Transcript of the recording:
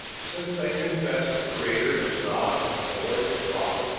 since they confess the creator as god, and lord, and father,